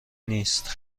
نیست